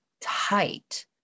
tight